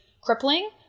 crippling